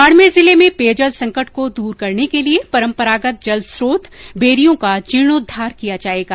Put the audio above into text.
बाडमेर जिले में पेयजल संकट को दूर करने के लिए परम्परागत जल स्त्रोत बेरियों का जीर्णोद्वार किया जाएगा